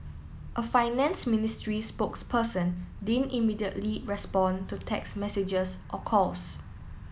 a finance ministry spokesperson didn't immediately respond to text messages or calls